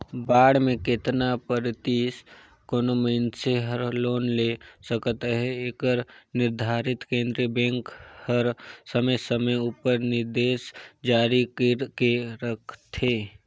bond में केतना परतिसत कोनो मइनसे हर लोन ले सकत अहे एकर निरधारन केन्द्रीय बेंक हर समे समे उपर निरदेस जारी कइर के रखथे